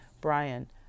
Brian